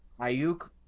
Ayuk